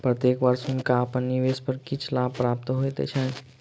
प्रत्येक वर्ष हुनका अपन निवेश पर किछ लाभ प्राप्त होइत छैन